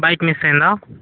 bike miss అయ్యారా